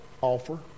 offer